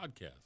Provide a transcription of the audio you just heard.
podcast